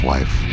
Life